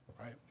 Right